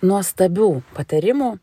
nuostabių patarimų